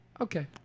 Okay